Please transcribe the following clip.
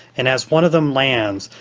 and as one of them lands,